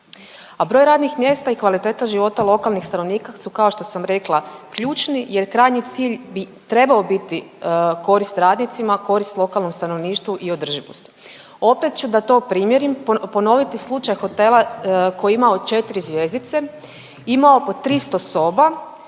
A broj radnih mjesta i kvaliteta života lokalnih stanovnika su kao što sam rekla ključni jer krajnji cilj bi trebao biti korist radnicima, korist lokalnom stanovništvu i održivosti. Opet ću da to primjerom ponoviti slučaj hotela koji je imao četri zvjezdice, imao po 300 soba,